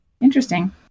interesting